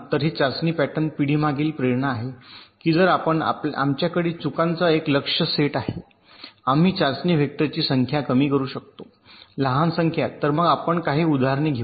तर हे चाचणी पॅटर्न पिढीमागील प्रेरणा आहे की जर आपण आमच्याकडे चुकांचा एक लक्ष्य सेट आहे आम्ही चाचणी वेक्टरची संख्या कमी करू शकतो लहान संख्या तर मग आपण काही उदाहरणे घेऊ